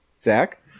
Zach